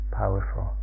powerful